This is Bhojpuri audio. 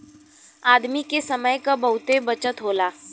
आदमी के समय क बहुते बचत होला